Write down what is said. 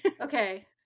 Okay